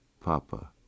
Papa